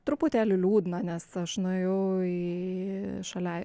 truputėlį liūdna nes aš nuėjau į šalia